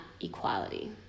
equality